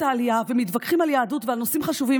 העלייה ומתווכחים על יהדות ועל נושאים חשובים,